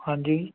ਹਾਂਜੀ